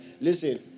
Listen